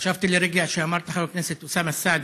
חשבתי לרגע שאמרת חבר הכנסת אוסאמה סעדי.